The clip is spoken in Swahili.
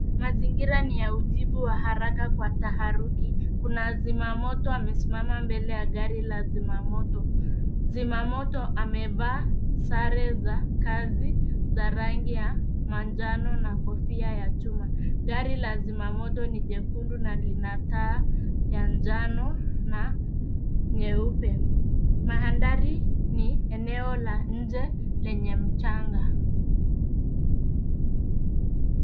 Mazingira ni ya ujibu wa haraka kwa taharuki. Kuna zimamoto amesimama mbele ya gari la zimamoto. Zimamoto amevaa sare za kazi za rangi ya manjano na kofia ya chuma. Gari la zimamoto ni jekundu na lina taa ya njano na nyeupe. Manthari ni eneo la nje lenye mchanga.